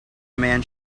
man